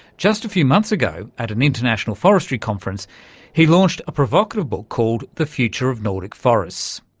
just a few months ago at an international forestry conference he launched a provocative book called the future of nordic forests,